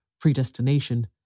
predestination